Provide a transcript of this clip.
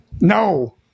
No